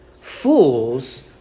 fools